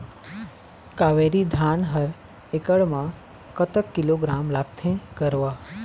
कावेरी धान हर एकड़ म कतक किलोग्राम लगाथें गरवा?